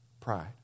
pride